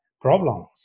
problems